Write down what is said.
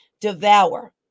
devour